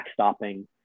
backstopping